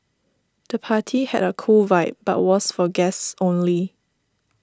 the party had a cool vibe but was for guests only